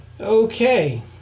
okay